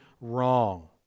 wrong